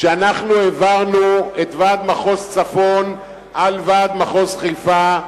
כשאנחנו הקמנו את ועד מחוז צפון בנפרד מוועד מחוז חיפה,